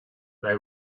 they